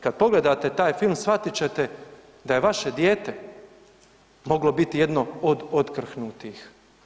Kad pogledate taj film shvatit ćete da je vaše dijete moglo biti jedno od otkrhnutih.